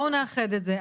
בואו נאחד את זה.